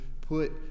put